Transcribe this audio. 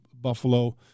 Buffalo